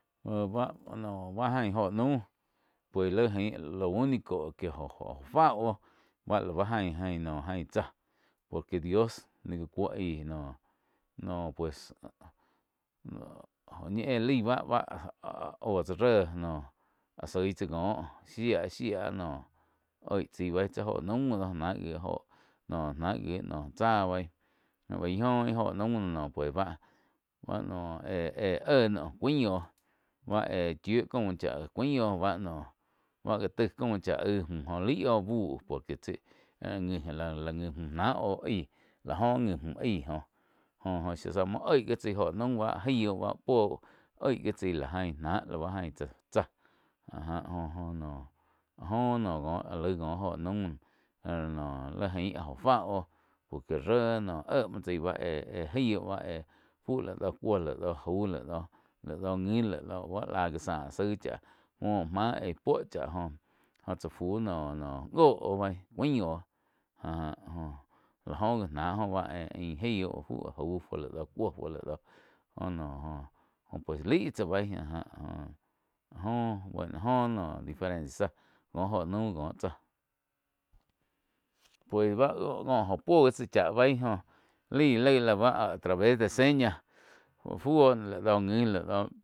Jeh ba noh báh ain jho naum pues lai ain lo único que joh-joh fá óh bá la ain-ain tsá por que dios gáh cuo aí noh, noh pues jo ñi éh laig báh-báh oh tsá réh áh soih tsá kóh shia-shia noh oig tsái beí óho naum do ná wi noh chá beih bain óh ig óho naum no pues báh no éh-éh éh noh cuain oh bá éh chiu caum chá cuain oh joh bá noh báh gá taih caum chá aíh müh laih oh buh por quetsi ngi já la ngi müh náh oh láh joh ngi müh aig. Joh zá muo oig wi tsaí óho naum báh gaiuh báh poúh oig wi tsá la gain náh la báh tsá, tsa áh ja jo no áh joh laih ko joh naum noh laig ain óh fá oh por que ré éh muoh tsai bá éh-éh jai ba laig doh cuo laig do jau laig do ngi laig do báh la gá záh zaig cháh muoh máh aí puo cháh jóh tsá fu noh joh oh cuain oh áh já lá joh gi ná jo ain jaiu fu jau fu laig doh cuo laig doh jo noh óh pues laih tsáh bai áh já la joh bueno noh diferencia záh cóh óho naum có tsáh. Pues báh có oh puo gi tsá cha bei lai-lai bá a traves de seña fu oh laig do ngi laig do.